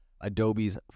Adobe's